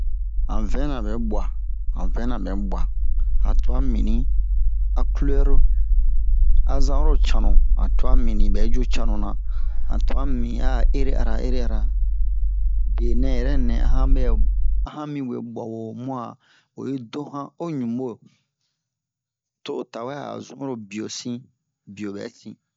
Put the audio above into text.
han vɛn-na ɓɛ bwa han vɛn-na ɓɛ bwa han tuwa mibin a culɛru a zan oro cannu han twa mibin ɓɛ zu cannu-na han twa mibin a a ere'ara ere'ara benɛ yɛrɛ nɛ a han ɓɛ a han miwe bwa woo mu a oyi do han o ɲunbo to o tawɛ a o zun oro biyo sin biyo ɓɛ sin